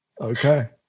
Okay